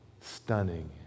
stunning